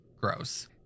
gross